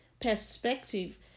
perspective